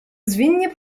zwinnie